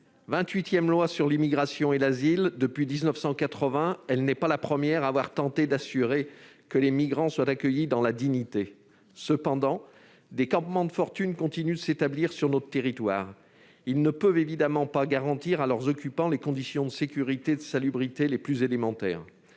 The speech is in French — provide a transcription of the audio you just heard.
loi sur l'immigration et l'asile depuis 1980, elle n'est pas la première à avoir tenté d'assurer un accueil des migrants dans la dignité. Cependant, des campements de fortune continuent de s'établir sur notre territoire. Ils ne peuvent évidemment pas garantir à leurs occupants les conditions de sécurité et de salubrité les plus élémentaires.